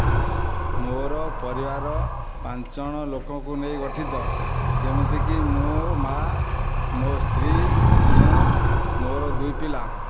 ମୋର ପରିବାର ପାଞ୍ଚଜଣ ଲୋକଙ୍କୁ ନେଇ ଗଠିତ ଯେମିତି କି ମୁଁ ମା ମୋ ସ୍ତ୍ରୀ ମୁଁ ମୋର ଦୁଇ ପିଲା